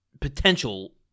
potential